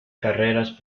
carreras